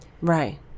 right